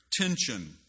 tension